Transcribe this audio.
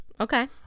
Okay